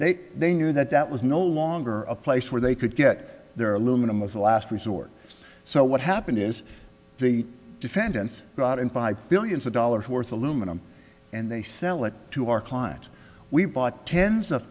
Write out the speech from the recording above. they knew that that was no longer a place where they could get their aluminum as a last resort so what happened is the defendants go out and buy billions of dollars worth of lumina and they sell it to our client we bought tens of